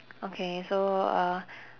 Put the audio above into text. okay so uh